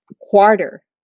quarter